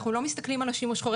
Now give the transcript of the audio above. אנחנו לא מסתכלים על השימוש החורג.